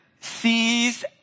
sees